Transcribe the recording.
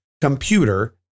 computer